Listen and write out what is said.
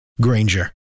Granger